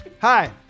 Hi